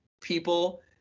people